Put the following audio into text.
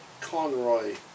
Conroy